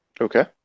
Okay